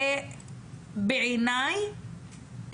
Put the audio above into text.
בעיניי,